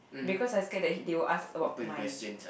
because I scared that they will ask about mine